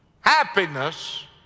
happiness